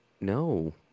No